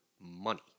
money